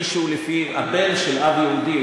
מי שהוא בן של אב יהודי,